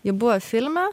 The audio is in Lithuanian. ji buvo filme